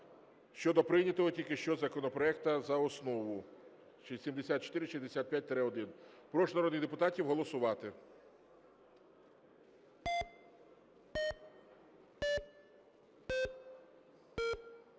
щодо прийнятого тільки що законопроекту за основу (7465-1). Прошу народних депутатів голосувати.